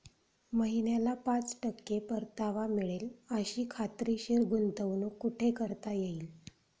महिन्याला पाच टक्के परतावा मिळेल अशी खात्रीशीर गुंतवणूक कुठे करता येईल?